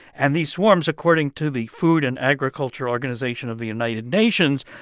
and these swarms, according to the food and agriculture organization of the united nations,